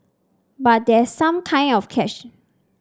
but there's some kind of catch